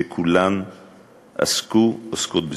שכולן עסקו, עוסקות בזנות.